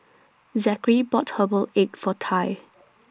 Zackery bought Herbal Egg For Tai